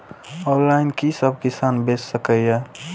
Online कि सब किसान बैच सके ये?